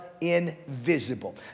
invisible